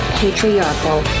patriarchal